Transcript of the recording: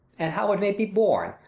and how it may be borne,